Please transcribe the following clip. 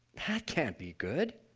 that can't be good,